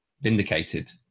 vindicated